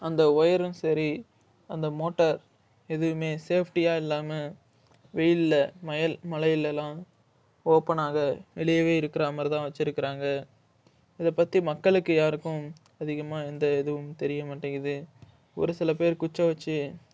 அந்த ஒயரும் சரி அந்த மோட்டார் எதுவுமே சேஃப்ட்டியாக இல்லாமல் வெயிலில் மயல் மழையிலலாம் ஓப்பனாக வெளியவே இருக்கிறா மாதிரிதான் வச்சுருக்குறாங்க இதைபத்தி மக்களுக்கு யாருக்கும் அதிகமாக எந்த இதுவும் தெரிய மாட்டேங்கிது ஒரு சில பேர் குச்ச வச்சு